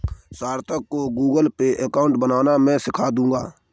सार्थक को Google Pay account बनाना मैं सीखा दूंगा